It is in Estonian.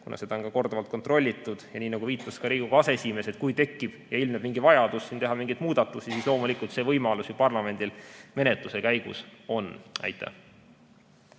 kuna seda on ka korduvalt kontrollitud. Ja nagu viitas ka Riigikogu aseesimees, et kui tekib ja ilmneb vajadus teha mingeid muudatusi, siis loomulikult see võimalus parlamendil menetluse käigus on. Aitäh!